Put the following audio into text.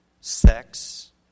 sex